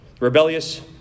Rebellious